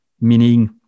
meaning